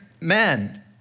men